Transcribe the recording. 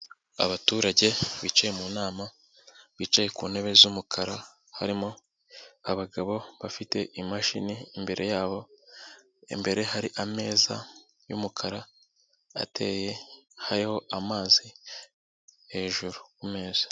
Abaturage bicaye mu nama, bicaye ku ntebe z'umukara harimo abagabo bafite imashini imbere yabo, imbere hari ameza y'umukara ateye, hariho amazi hejuru ku meza.